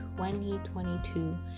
2022